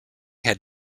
had